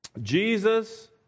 Jesus